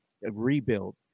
Rebuild